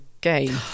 game